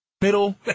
middle